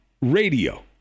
radio